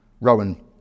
rowan